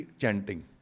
chanting